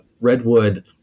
Redwood